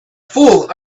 fool